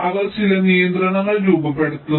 അവർ ചില നിയന്ത്രണങ്ങൾ രൂപപ്പെടുത്തുന്നു